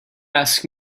ask